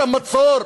את המצור?